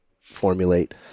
formulate